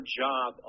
job